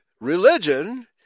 religion